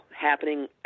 happening